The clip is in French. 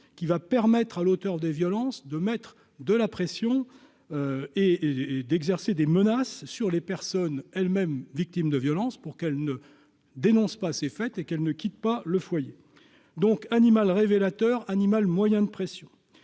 qui va permettre à l'auteur des violences de mettre de la pression et et d'exercer des menaces sur les personnes elles-mêmes victimes de violences pour qu'elle ne dénonce pas assez fait et qu'elle ne quitte pas le foyer donc animal révélateur animal moyen de pression